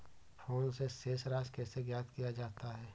Phone से शेष राशि कैसे ज्ञात किया जाता है?